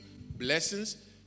blessings